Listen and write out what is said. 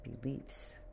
beliefs